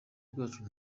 bwacu